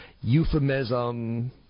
euphemism